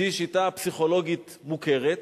שהיא שיטה פסיכולוגית מוכרת.